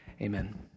Amen